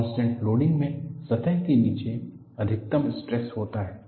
contact loading में सतह के नीचे अधिकतम स्ट्रेस होता है